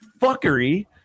fuckery